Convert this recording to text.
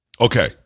Okay